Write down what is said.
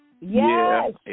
Yes